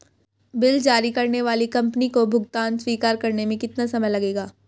Bill जारी करने वाली कंपनी को भुगतान स्वीकार करने में कितना समय लगेगा?